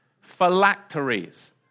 phylacteries